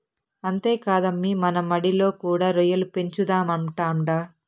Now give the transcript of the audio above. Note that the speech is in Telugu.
అంతేకాదమ్మీ మన మడిలో కూడా రొయ్యల పెంచుదామంటాండా